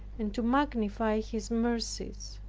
and to magnify his mercies.